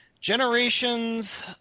Generations